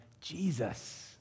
Jesus